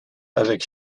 avec